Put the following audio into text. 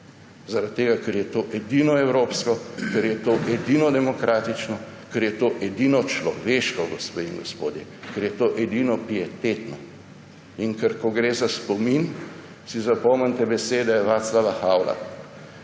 Zaradi tega, ker je to edino evropsko, ker je to edino demokratično, ker je to edino človeško, gospe in gospodje, ker je to edino pietetno. In ker ko gre za spomin, si zapomnite besede Václava Havla: